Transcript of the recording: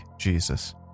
Jesus